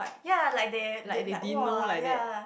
ya like they they like !wah! ya